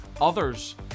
others